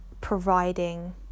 providing